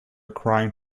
crying